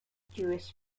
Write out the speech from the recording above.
jewish